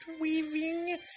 weaving